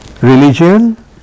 Religion